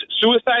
suicide